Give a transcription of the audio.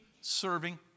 serving